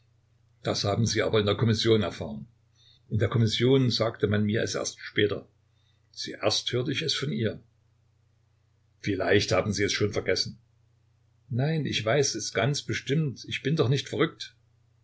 das haben sie aber in der kommission erfahren in der kommission sagte man mir es später zuerst hörte ich es von ihr vielleicht haben sie es schon vergessen nein ich weiß es ganz bestimmt ich bin noch nicht verrückt